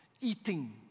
eating